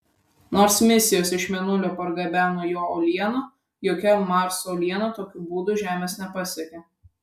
nors misijos iš mėnulio pargabeno jo uolienų jokia marso uoliena tokiu būdu žemės nepasiekė